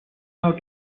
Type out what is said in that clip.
out